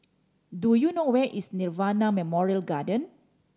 do you know where is Nirvana Memorial Garden